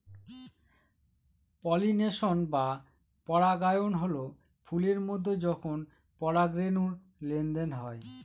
pollination বা পরাগায়ন হল ফুলের মধ্যে যখন পরাগরেনুর লেনদেন হয়